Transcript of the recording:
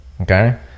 okay